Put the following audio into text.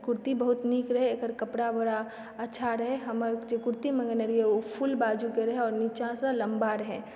कुर्ती बहुत नीक रहै एकर कपड़ा बड़ा अच्छा रहै हमर जे कुर्ती मँगेने रहियै ओ फुल बाजूकऽ रहै आओर नीचाँ लम्बा रहै